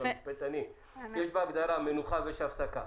המשפטנים יש בהגדרה מנוחה ויש הפסקה,